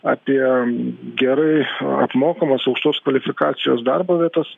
apie gerai apmokamas aukštos kvalifikacijos darbo vietos